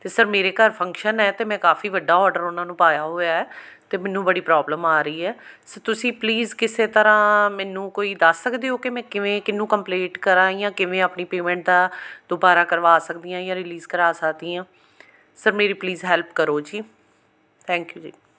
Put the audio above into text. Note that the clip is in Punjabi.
ਅਤੇ ਸਰ ਮੇਰੇ ਘਰ ਫੰਕਸ਼ਨ ਹੈ ਅਤੇ ਮੈਂ ਕਾਫੀ ਵੱਡਾ ਔਡਰ ਉਹਨਾਂ ਨੂੰ ਪਾਇਆ ਹੋਇਆ ਅਤੇ ਮੈਨੂੰ ਬੜੀ ਪ੍ਰੋਬਲਮ ਆ ਰਹੀ ਹੈ ਸੋ ਤੁਸੀਂ ਪਲੀਜ਼ ਕਿਸੇ ਤਰ੍ਹਾਂ ਮੈਨੂੰ ਕੋਈ ਦੱਸ ਸਕਦੇ ਹੋ ਕਿ ਮੈਂ ਕਿਵੇਂ ਕਿਹਨੂੰ ਕੰਪਲੇਂਟ ਕਰਾਂ ਜਾਂ ਕਿਵੇਂ ਆਪਣੀ ਪੇਮੈਂਟ ਦਾ ਦੁਬਾਰਾ ਕਰਵਾ ਸਕਦੀ ਹਾਂ ਜਾਂ ਰਿਲੀਜ਼ ਕਰਾ ਸਕਦੀ ਹਾਂ ਸਰ ਮੇਰੀ ਪਲੀਜ਼ ਹੈਲਪ ਕਰੋ ਜੀ ਥੈਂਕ ਯੂ ਜੀ